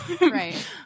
Right